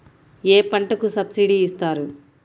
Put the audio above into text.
ఏ పంటకు సబ్సిడీ ఇస్తారు?